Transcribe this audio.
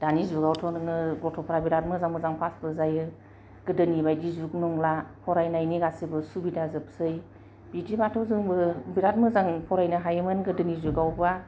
दानि जुगावथ' नोङो गथ'फ्रा बेराद मोजां मोजां फास बो जायो गोदोनि बायदि जुग नंला फरायनायनि गासिबो सुबिदाजोबसै बिदिबाथ' जोंबो बेराद मोजां फरायनो हायोमोन गोदोनि जुगावबा